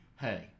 Hey